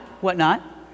whatnot